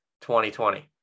2020